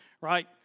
right